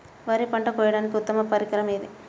వరి పంట కోయడానికి ఉత్తమ పరికరం ఏది?